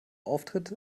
auftritt